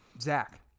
Zach